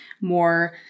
more